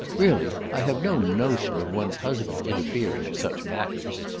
really, i have no notion of one's husband interfering in such matters.